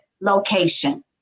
location